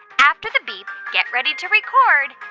after the beep, get ready to record